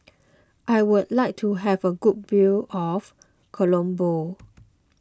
I would like to have a good view of Colombo